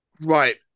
right